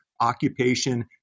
occupation